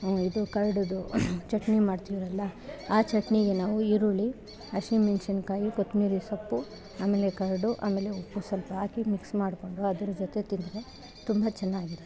ಇದು ಕರ್ಡುದು ಚಟ್ನಿ ಮಾಡ್ತಿವಲ್ವ ಆ ಚಟ್ನಿಗೆ ನಾವು ಈರುಳ್ಳಿ ಹಸಿಮೆಣ್ಸಿನ್ಕಾಯಿ ಕೊತ್ತಂಬ್ರಿ ಸೊಪ್ಪು ಆಮೇಲೆ ಕರ್ಡು ಆಮೇಲೆ ಉಪ್ಪು ಸ್ವಲ್ಪ ಹಾಕಿ ಮಿಕ್ಸ್ ಮಾಡ್ಕೊಂಡು ಅದರ ಜೊತೆ ತಿಂದರೆ ತುಂಬ ಚೆನ್ನಾಗಿರುತ್ತೆ